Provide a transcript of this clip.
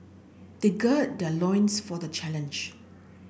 they gird their loins for the challenge